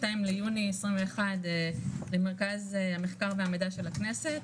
ליוני 21 למרכז המחקר והמידע של הכנסת.